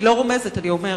אני לא רומזת, אני אומרת,